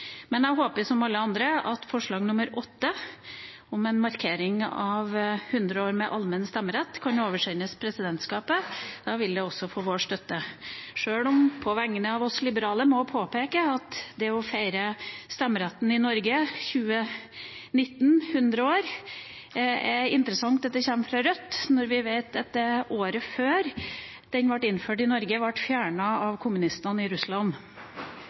Men jeg håper, som alle andre, at forslag nr. 8, om en markering av 100 år med allmenn stemmerett, kan oversendes presidentskapet. Da vil det også få vår støtte, sjøl om jeg – på vegne av oss liberale – må påpeke at når det gjelder det å feire at stemmeretten i Norge i 2019 er 100 år, er det interessant at det kommer fra Rødt, når vi vet at året før den ble innført i Norge, ble den fjernet av kommunistene i Russland.